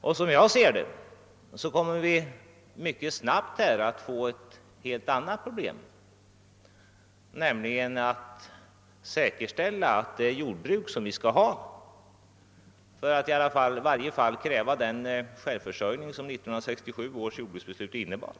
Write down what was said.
Och som jag ser det kommer vi mycket snart att få det motsatta problemet, nämligen att säkerställa det jordbruk som behövs för att upprätthålla den självförsörjningsgrad som 1967 års jordbruksbeslut innebar.